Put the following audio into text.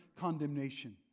condemnation